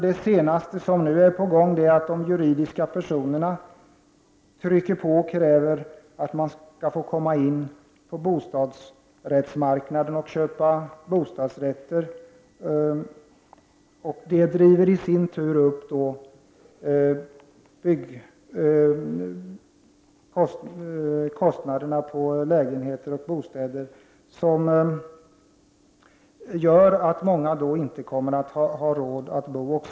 Det senaste som är på gång är att juridiska personer kräver att få köpa bostadsrätter. Det driver i sin tur upp kostnaderna på bostäder och medför att många människor inte har råd att bo i dem.